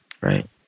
right